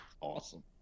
Awesome